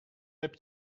hebt